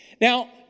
Now